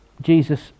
Jesus